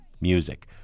Music